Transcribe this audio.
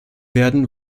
werden